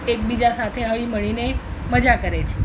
એકબીજા સાથે હળી મળીને મજા કરે છે